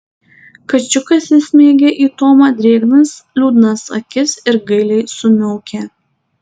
kačiukas įsmeigė į tomą drėgnas liūdnas akis ir gailiai sumiaukė